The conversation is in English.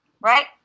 Right